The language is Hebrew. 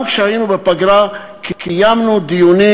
גם כשהיינו בפגרה קיימנו דיונים,